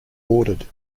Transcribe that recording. ordered